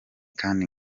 kandi